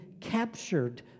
captured